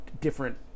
different